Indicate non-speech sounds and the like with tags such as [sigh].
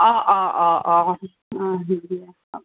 অঁ অঁ অঁ অঁ অঁ [unintelligible]